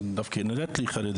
דווקא היא נראית לי חרדית,